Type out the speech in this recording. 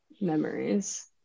memories